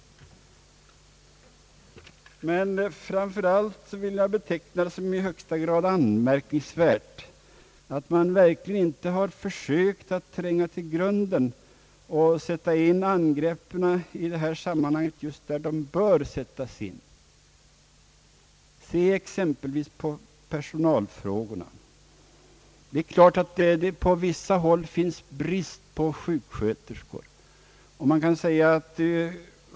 Jag vill framför allt beteckna det som i högsta grad anmärkningsvärt att man verkligen inte har försökt tränga till grunden och sätta in angreppen mot svårigheterna på sjukvårdsområdet just där de bör sättas in. När det gäller exempelvis personalfrågorna råder det på vissa håll brist på sjuksköterskor.